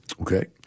Okay